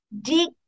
dig